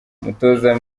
umutoza